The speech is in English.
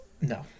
No